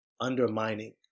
undermining